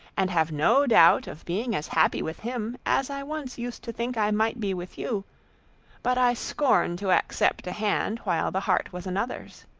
and have no doubt of being as happy with him as i once used to think i might be with you but i scorn to accept a hand while the heart was another's.